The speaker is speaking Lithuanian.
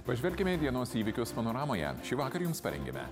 pažvelkime į dienos įvykius panoramoje šįvakar jums parengėme